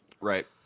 Right